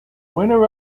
winner